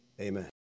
Amen